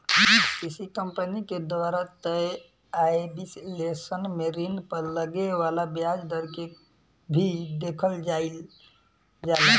किसी कंपनी के द्वारा तय आय विश्लेषण में ऋण पर लगे वाला ब्याज दर के भी देखल जाइल जाला